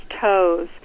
toes